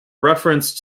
reference